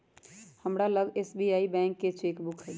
हमरा लग SBI bank के चेक बुक हइ